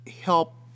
help